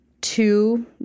two